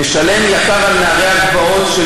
נשלם יקר על נערי הגבעות,